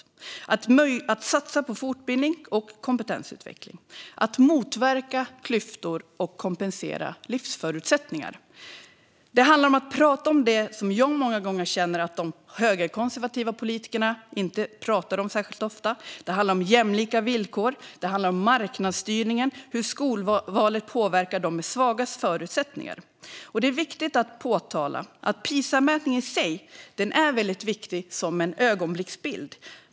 Det handlar om att satsa på fortbildning och kompetensutveckling och att motverka klyftor och kompensera för livsförutsättningar. Det handlar om att prata om det som jag känner att de högerkonservativa politikerna inte pratar om särskilt ofta. Det handlar om jämlika villkor, om marknadsstyrningen och om hur skolvalet påverkar dem med svagast förutsättningar. Det är viktigt att påpeka att Pisamätningen i sig är väldigt viktig för att ge en ögonblicksbild.